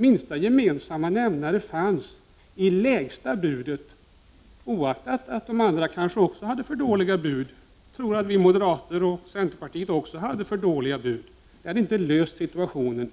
Minsta gemensamma nämnare fanns i det lägsta budet — oaktat att centerpartiet och moderaterna också hade dåliga bud, som inte heller hade löst situationen.